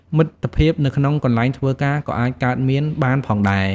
មិត្តភាពនៅក្នុងកន្លែងធ្វើការក៏អាចកើតមានបានផងដែរ។